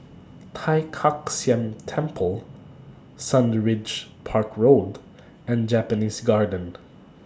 Tai Kak Seah Temple Sundridge Park Road and Japanese Garden